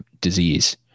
disease